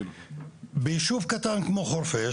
ביישוב קטן כמו חורפיש,